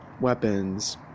weapons